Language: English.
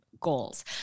goals